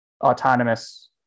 autonomous